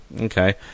Okay